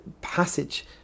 passage